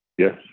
Yes